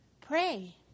Pray